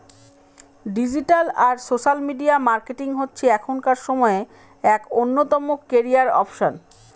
digital আর social media marketing হচ্ছে এখনকার সময়ে এক অন্যতম ক্যারিয়ার অপসন